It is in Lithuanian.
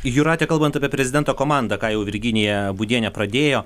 jūrate kalbant apie prezidento komandą ką jau virginija būdienė pradėjo